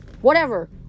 Whatever